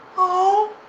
oh.